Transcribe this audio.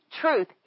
truth